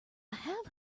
have